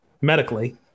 medically